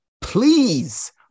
please